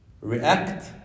React